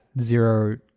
zero